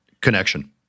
connection